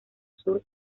sur